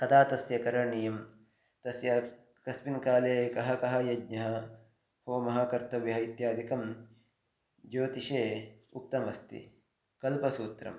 कदा तस्य करणीयं तस्य कस्मिन् काले कः कः यज्ञः होमः कर्तव्यः इत्यादिकं ज्योतिषे उक्तमस्ति कल्पसूत्रम्